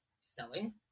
selling